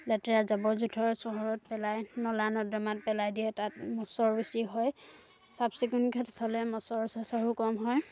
লেতেৰা জাবৰ জোঁথৰ চহৰত পেলাই নলা নৰ্দমাত পেলাই দিয়ে তাত মছৰ বেছি হয় চাফ চিকুণ ক্ষেত্ৰত চালে মছৰ চচৰো কম হয়